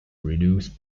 reduce